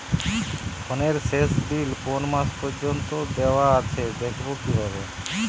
ফোনের শেষ বিল কোন মাস পর্যন্ত দেওয়া আছে দেখবো কিভাবে?